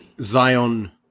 Zion